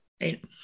Right